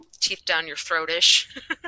teeth-down-your-throat-ish